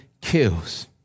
kills